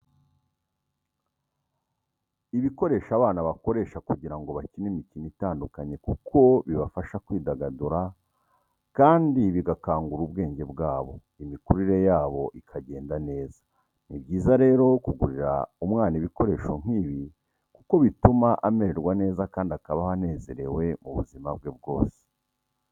Ibikoresho abana bakoresha bagira ngo bakine imikino itandukanye kuko bibafasha kwidagadura kandi bigakangura ubwenge bwabo, imikurire yabo ikagenda neza, ni byiza rero kugurira umwana ibikoresho nk'ibi kuko bituma amererwa neza kandi akabaho anezerewe mu buzima bwe bwose.